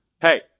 hey